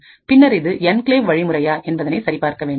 பின்னர் இது என்கிளேவ் வழிமுறையா என்பதனை சரி பார்க்க வேண்டும்